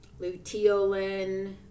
luteolin